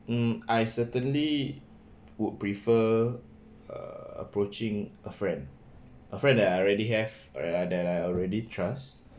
mm I certainly would prefer err approaching a friend a friend that I already have uh and that I already trust